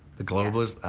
the globalist,